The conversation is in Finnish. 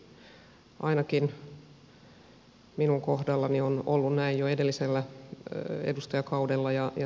ainakin minun kohdallani on ollut näin jo edellisellä edustajakaudella